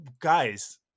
guys